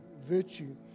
virtue